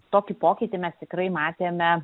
tokį pokytį mes tikrai matėme